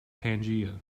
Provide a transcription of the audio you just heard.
pangaea